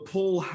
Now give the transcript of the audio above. Paul